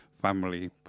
family